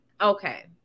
Okay